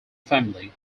family